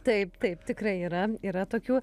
taip taip tikrai yra yra tokių